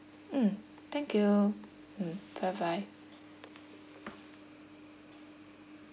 mm thank you mm bye bye